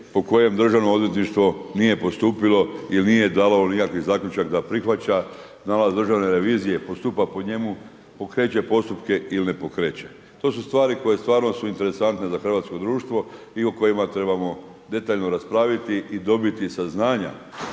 po kojem DORH nije postupili ili nije davalo nikakav zaključak da prihvaća nalaz Državne revizije, postupa po njemu, pokreće postupke ili ne pokreće. To su stvari koje stvarno su interesantne za hrvatsko društvo i o kojima trebamo detaljno raspraviti i dobiti saznanja